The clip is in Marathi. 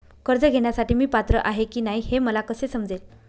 कर्ज घेण्यासाठी मी पात्र आहे की नाही हे मला कसे समजेल?